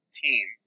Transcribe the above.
team